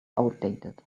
outdated